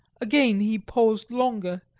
again he paused longer,